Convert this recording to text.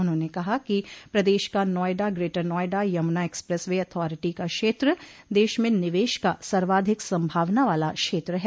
उन्होंने कहा कि प्रदेश का Noida greater Noida Yamuna expressway authority का क्षेत्र देश में निवेश का सर्वाधिक संभावना वाला क्षेत्र है